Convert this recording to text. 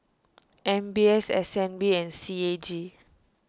M B S S N B and C A G